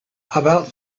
about